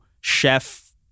chef